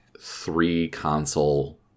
three-console